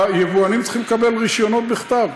והיבואנים צריכים לקבל רישיונות בכתב,